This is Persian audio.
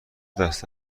دست